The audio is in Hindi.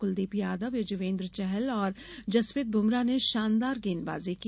कुलदीप यादव यजुवेंद्र चहल और जसप्रीत बुमरा ने शानदार गेंदबाज़ी की